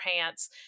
pants